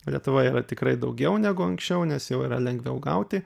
lietuvoje yra tikrai daugiau negu anksčiau nes jau yra lengviau gauti